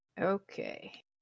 Okay